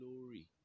glory